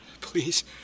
Please